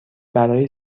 برای